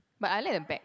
but I like the bag